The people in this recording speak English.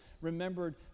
remembered